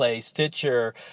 Stitcher